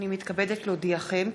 הנני מתכבדת להודיעכם,